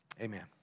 Amen